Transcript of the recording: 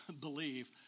believe